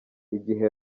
igihe